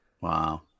Wow